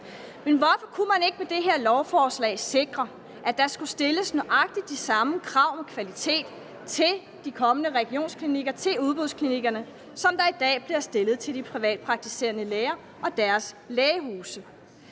Men hvorfor kunne man ikke med det her lovforslag sikre, at der skulle stilles nøjagtig de samme krav til kvalitet til de kommende regionsklinikker, til udbudsklinikkerne, som der i dag bliver stillet til de privatpraktiserende læger og deres lægehuse?